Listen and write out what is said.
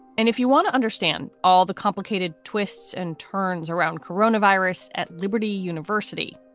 and if you want to understand all the complicated twists and turns around corona virus at liberty university,